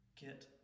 Get